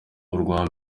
urwa